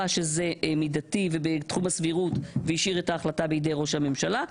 שזה מידתי ובתחום הסבירות והשאיר את ההחלטה בידי ראש הממשלה,